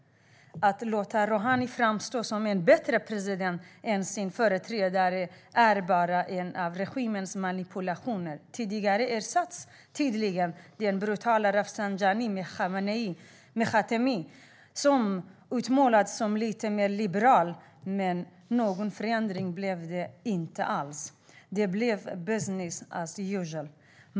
Att låta Rohani framstå som en bättre president än sin företrädare är bara en av regimens manipulationer. Tidigare ersattes den brutale Rafsanjani av Khatami, som utmålades som lite mer liberal, men någon förändring blev det inte alls. Det blev business as usual.